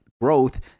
growth